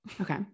Okay